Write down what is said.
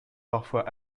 parfois